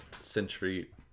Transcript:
century